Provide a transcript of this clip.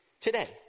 today